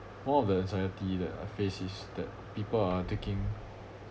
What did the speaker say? more of the anxiety that I face is that people are taking